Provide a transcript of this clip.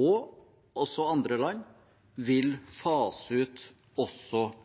og også andre land vil fase ut